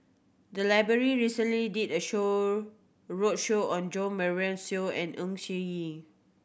the library recently did a show roadshow on Jo Marion Seow and Ng Yi Sheng